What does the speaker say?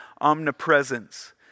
omnipresence